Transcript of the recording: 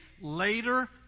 later